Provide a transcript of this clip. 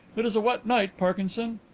it is a wet night, parkinson.